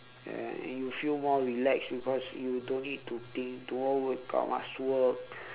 and you feel more relaxed because you don't need to think tomorrow wake up must work